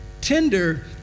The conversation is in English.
Tender